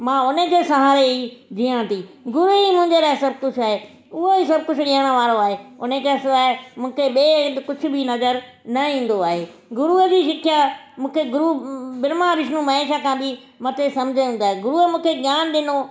मां उन जे सहारे ई जिया थी गुरू ई मुंहिंजे लाइ सभु कुझु आहे उहो ई सभु कुझु ॾियण वारो आहे उन खां सवाइ मूंखे ॿेिए हंधि कुझु बि नज़र न ईंदो आहे गुरूअ जी सिखया मूंखे गुरू ब्रह्मा विष्णु महेश खां बि मथे सम्झाईंदा आहिनि गुरुअ मूंखे ज्ञान ॾिनो